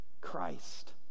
Christ